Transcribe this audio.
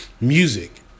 Music